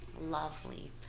Lovely